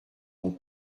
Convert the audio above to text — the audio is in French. mon